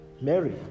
Mary